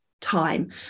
time